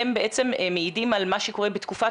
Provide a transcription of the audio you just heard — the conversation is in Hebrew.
הם בעצם מעידים על מה שקורה בתקופת